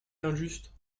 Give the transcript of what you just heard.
injuste